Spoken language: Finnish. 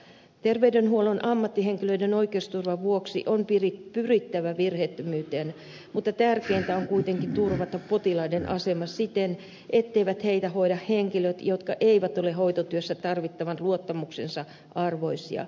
terveydenhuollon ammattihenkilöiden oikeusturvan vuoksi on pyrittävä virheettömyyteen mutta tärkeintä on kuitenkin turvata potilaiden asema siten etteivät heitä hoida henkilöt jotka eivät ole hoitotyössä tarvittavan luottamuksen arvoisia